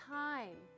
time